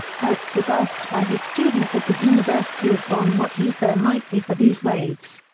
hertz was asked by his students at the university of bonn what use there might be for these waves.